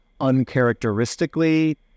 uncharacteristically